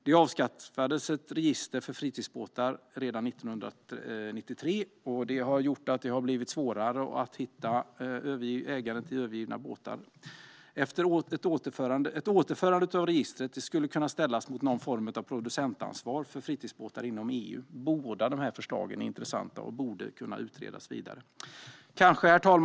Registret för fritidsbåtar avskaffades redan 1993, vilket har gjort det svårare att hitta ägaren till övergivna båtar. Ett återinförande av registret skulle kunna ställas mot någon form av producentansvar för fritidsbåtar inom EU. Båda förslagen är intressanta och borde kunna utredas vidare. Herr talman!